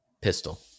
pistol